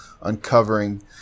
uncovering